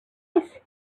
twice